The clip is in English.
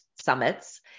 summits